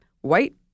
white